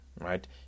right